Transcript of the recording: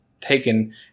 taken